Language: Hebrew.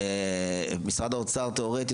משרד האוצר תיאורטית,